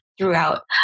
throughout